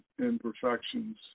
imperfections